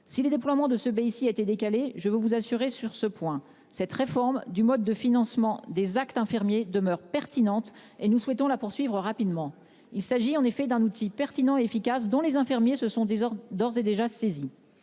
si les déploiements de ce ben ici a été décalé je veux vous assurer sur ce point, cette réforme du mode de financement des actes infirmiers demeure pertinente et nous souhaitons la poursuivre rapidement. Il s'agit en effet d'un outil pertinent et efficace dont les infirmiers, ce sont des ordres d'ores et déjà saisi.